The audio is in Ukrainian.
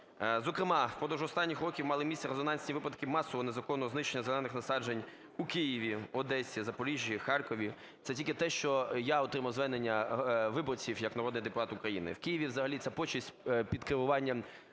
Зокрема, впродовж останніх років мали місце резонансні випадки масового незаконного знищення зелених насаджень у Києві, в Одесі, Запоріжжі, Харкові. Це тільки те, що я отримав звернення виборців як народний депутат України. В Києві взагалі ця пошесть під керуванням